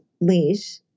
leash